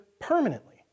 permanently